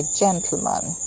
gentleman